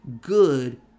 good